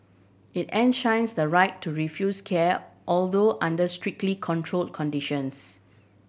it enshrines the right to refuse care although under strictly control conditions